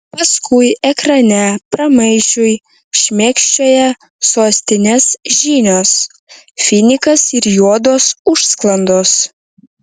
paskui ekrane pramaišiui šmėkščioja sostinės žinios finikas ir juodos užsklandos